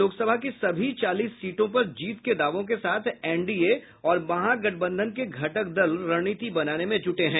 लोकसभा की सभी चालीस सीटों पर जीत के दावों के साथ एनडीए और महागठबंधन के घटक दल रणनीति बनाने में जूट गये हैं